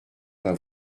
pas